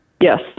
yes